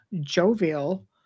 jovial